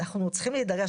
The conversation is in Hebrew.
תיתן גם